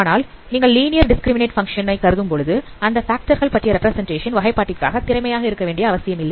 ஆனால் நீங்கள் linear discriminant function கருதும்போது அந்த ஃபேக்டர் கள் பற்றிய ரெப்பிரசன்டேஷன் வகைபாட்டிற்காக திறமையாக இருக்க வேண்டிய அவசியமில்லை